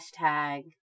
hashtag